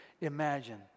imagine